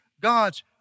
God's